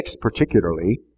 particularly